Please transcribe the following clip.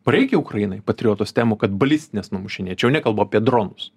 reikia ukrainai patriotų stemų kad balistines numušinėt čia jau nekalbu apie dronus